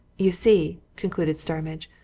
you see, concluded starmidge,